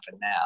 now